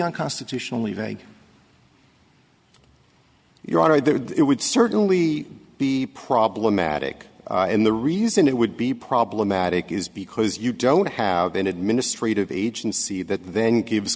unconstitutionally vague your idea it would certainly be problematic and the reason it would be problematic is because you don't have an administrative agency that then gives